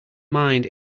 mind